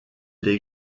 les